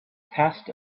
passed